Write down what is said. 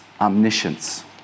omniscience